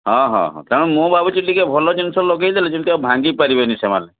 ହଁ ହଁ ହଁ ତେଣୁ ମୁଁ ଭାବୁଛି ଟିକିଏ ଭଲ ଜିନିଷ ଲଗେଇ ଦେଲେ ଯେମିତି ଆଉ ଭାଙ୍ଗି ପାରିବେନି ସେମାନେ